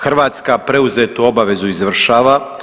Hrvatska preuzetu obavezu izvršava.